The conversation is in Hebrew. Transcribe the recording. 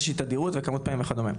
בתדירות מסוימת וכמות פעמים מסוימת וכדומה.